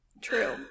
true